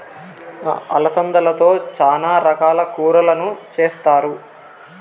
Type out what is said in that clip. అలసందలతో చానా రకాల కూరలను చేస్తారు